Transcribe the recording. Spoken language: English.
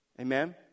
Amen